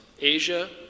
Asia